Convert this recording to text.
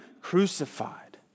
crucified